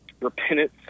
repentance